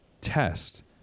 test